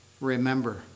remember